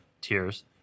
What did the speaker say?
tiers